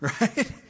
Right